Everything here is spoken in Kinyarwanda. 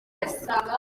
neza